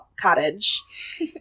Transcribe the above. Cottage